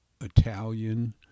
Italian